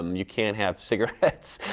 um you can't have cigarettes,